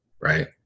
Right